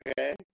okay